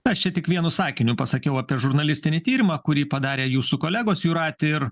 aš čia tik vienu sakiniu pasakiau apie žurnalistinį tyrimą kurį padarė jūsų kolegos jūratė ir